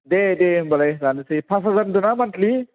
दे दे होमबालाय दानसै फास हाजार होन्दोंना मान्थलि